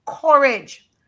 courage